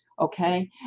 Okay